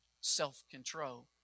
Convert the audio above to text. self-control